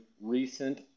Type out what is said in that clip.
recent